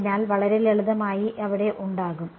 അതിനാൽ വളരെ ലളിതമായി അവിടെ ഉണ്ടാകും